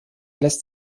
lässt